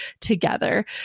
together